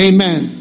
Amen